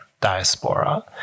diaspora